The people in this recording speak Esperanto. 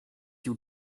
tiu